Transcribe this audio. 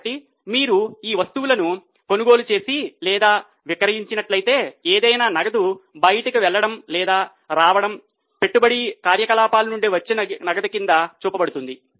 కాబట్టి మీరు ఈ వస్తువులను కొనుగోలు చేసి లేదా విక్రయించినట్లయితే ఏదైనా నగదు బయటికి వెళ్లడం లేదా రావడం పెట్టుబడి కార్యకలాపాల నుండి వచ్చే నగదు కింద చూపబడుతుంది